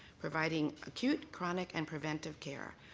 providing acute, chronic and preventive care.